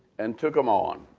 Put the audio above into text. and took them on.